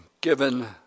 given